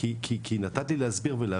ולא התנסיתי.